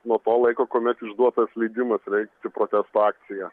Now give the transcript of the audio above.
nuo to laiko kuomet išduotas leidimas rengti protesto akciją